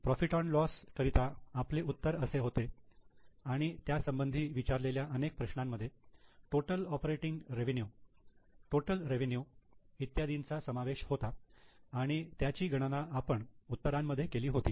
profit and loss profit loss करिता आपले उत्तर असे होते आणि त्यासंबंधी विचारलेल्या अनेक प्रश्नांमध्ये total operating revenue total revenue इत्यादींचा समावेश होता आणि त्यांची गणना आपण उत्तरांमध्ये केली होती